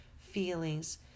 feelings